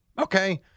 Okay